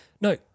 No